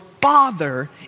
father